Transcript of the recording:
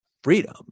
Freedom